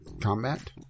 combat